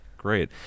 Great